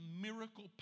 miracle